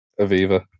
Aviva